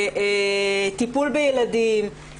טיפול בילדים.